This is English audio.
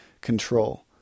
control